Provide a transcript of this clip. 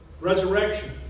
resurrection